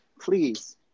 please